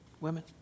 women